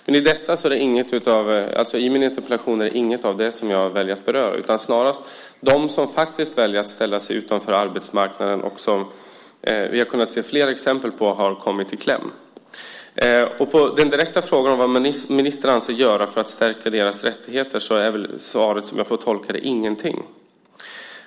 Men i min interpellation är det inget av det som jag väljer att beröra utan snarast dem som faktiskt väljer att ställa sig utanför och som vi har kunnat se flera exempel på har kommit i kläm. På den direkta frågan vad ministern avser att göra för att stärka deras rättigheter är väl svaret, som jag får tolka det: Ingenting.